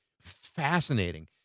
fascinating